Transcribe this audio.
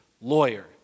lawyer